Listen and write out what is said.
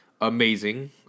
Amazing